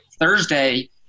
Thursday